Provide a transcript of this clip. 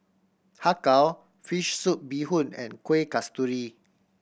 Har Kow fish soup bee hoon and Kueh Kasturi